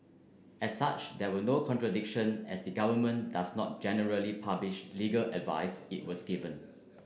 as such there was no contradiction as the government does not generally publish legal advice it was given